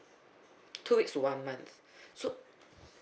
two weeks to one month so